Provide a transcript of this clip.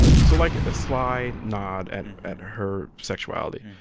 um so like a sly nod at and at her sexuality.